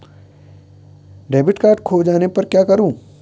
Debit card खो जाने पर क्या करूँ?